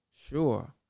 Sure